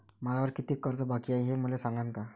मायावर कितीक कर्ज बाकी हाय, हे मले सांगान का?